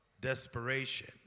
desperation